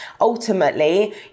ultimately